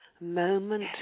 moment